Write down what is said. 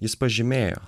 jis pažymėjo